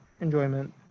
enjoyment